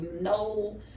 no